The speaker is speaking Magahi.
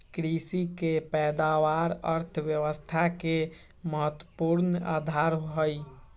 कृषि के पैदावार अर्थव्यवस्था के महत्वपूर्ण आधार हई